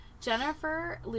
Jennifer